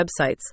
websites